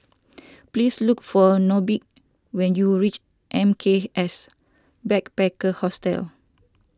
please look for Nobie when you reach M K S Backpackers Hostel